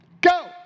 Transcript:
Go